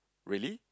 really